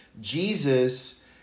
Jesus